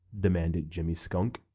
demanded jimmy skunk.